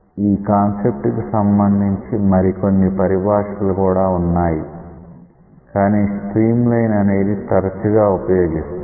ఈ కాన్సెప్ట్ కి సంబంధించి మరికొన్ని పరిభాషలు కూడా వున్నాయి కానీ స్ట్రీమ్ లైన్ అనేది తరచుగా ఉపయోగిస్తాం